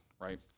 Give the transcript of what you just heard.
right